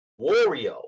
Wario